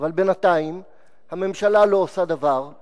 חתם על צווים נשיאותיים המטילים חרם על מוצרים